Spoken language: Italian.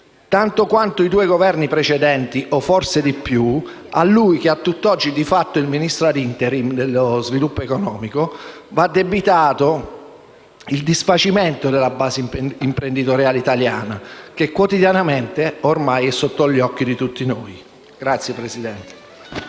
tanto quanto i due Governi precedenti o forse di più, a lui, che a tutt'oggi è il Ministro *ad interim* dello sviluppo economico, va addebitato il disfacimento della base imprenditoriale italiana, che quotidianamente è ormai sotto gli occhi di tutti noi. *(Applausi